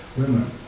women